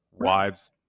Wives